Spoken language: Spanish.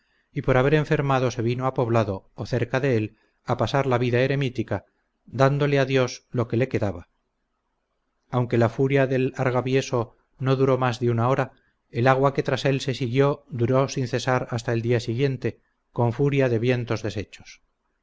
y por haber enfermado se vino a poblado o cerca de él a pasarla vida cremítica dándole a dios lo que le quedaba aunque la furia del argavieso no duró más de una hora el agua que tras él se siguió duró sin cesar hasta el día siguiente con furia de vientos deshechos